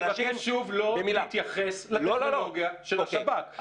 אני מבקש שוב, לא להתייחס לטכנולוגיה של השב"כ.